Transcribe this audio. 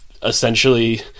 Essentially